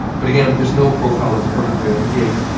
but again, there's no profile that's perfect right out the gate.